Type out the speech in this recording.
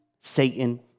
Satan